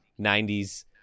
90s